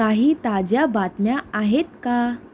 काही ताज्या बातम्या आहेत का